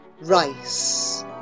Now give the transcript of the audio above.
Rice